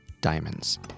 diamonds